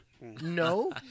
No